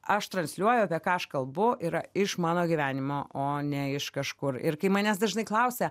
aš transliuoju apie ką aš kalbu yra iš mano gyvenimo o ne iš kažkur ir kai manęs dažnai klausia